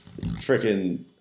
freaking